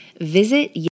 Visit